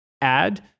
add